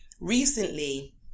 recently